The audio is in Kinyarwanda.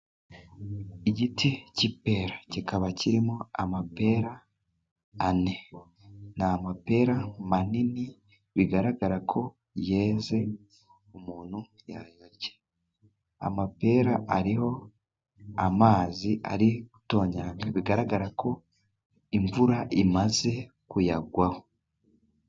Igiti c' ipera kikaba kirimo amapera ane, ni amapera manini bigaragara ko yeze, umuntu yayarya; amapera ariho amazi ari gutonyanga, bigaragara ko imvura imaze kuyagwaho.